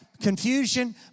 Confusion